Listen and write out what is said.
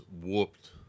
whooped